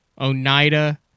oneida